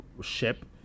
ship